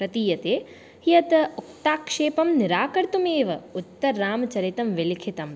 प्रतीयते कियत् उक्ताक्षेपं निराकर्तुमेव उत्तररामचरितं विलिखितम्